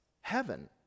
heaven